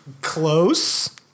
Close